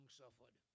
suffered